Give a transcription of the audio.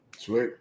Sweet